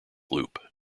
loop